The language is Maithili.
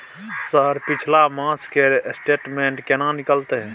सर पिछला मास के स्टेटमेंट केना निकलते?